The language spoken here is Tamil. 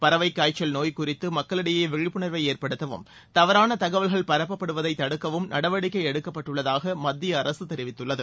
பறவை காய்ச்சல் நோய் குறித்து மக்களிடையே விழிப்புணர்வை ஏற்படுத்தவும் தவறான தகவல்கள் பரப்பப்படுவதை தடுக்கவும் நடவடிக்கை எடுக்கப்பட்டுள்ளதாக மத்திய அரசு தெரிவித்துள்ளது